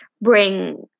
bring